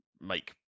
make